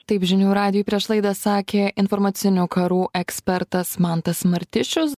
taip žinių radijui prieš laidą sakė informacinių karų ekspertas mantas martišius